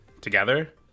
together